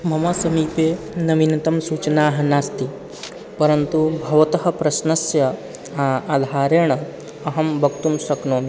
मम समीपे नवीनतमसूचनाः नास्ति परन्तु भवतः प्रश्नस्य आधारेण अहं वक्तुं शक्नोमि